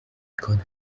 کنه